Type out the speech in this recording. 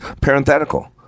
parenthetical